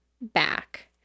back